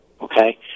Okay